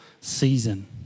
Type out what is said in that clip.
season